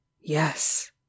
Yes